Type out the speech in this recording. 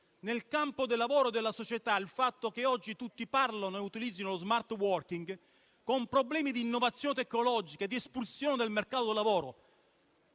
nel campo del lavoro e della società si è tradotta nel fatto che oggi tutti parlino e utilizzino lo *smart working,* con problemi di innovazione tecnologica e di espulsione dal mercato del lavoro: